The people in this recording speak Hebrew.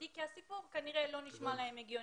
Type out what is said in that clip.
כי הסיפור כנראה לא נשמע להם הגיוני.